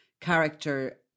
character